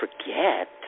forget